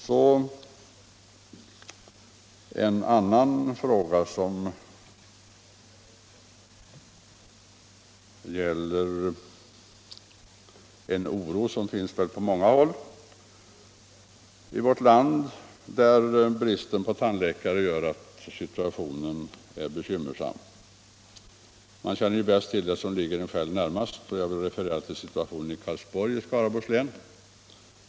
Så en annan fråga som gäller en oro som finns på många håll i vårt land där bristen på tandläkare gör att situationen är bekymmersam. Man känner ju bäst till det som ligger en själv närmast, och jag vill därför referera till situationen i Karlsborg i Skaraborgs län.